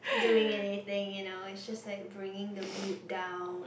doing anything you know it's just like bringing the mood down